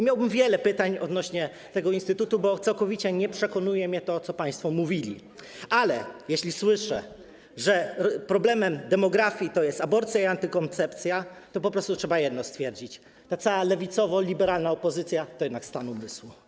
Miałbym wiele pytań odnośnie do tego instytutu, bo całkowicie nie przekonuje mnie to, co państwo mówili, ale jeśli słyszę, że problemem demografii jest aborcja i antykoncepcja, to po prostu trzeba jedno stwierdzić: ta cała lewicowo-liberalna opozycja to jednak stan umysłu.